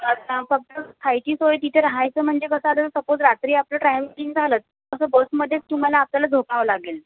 अच्छा फक्त खायची सोय तिथे राहायचं म्हणजे कसं आलं सपोज रात्री आपलं ट्रॅव्हेलिंग झालंच असं बसमध्येच तुम्हाला आपल्याला झोपावं लागेल